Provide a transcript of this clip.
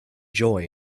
joy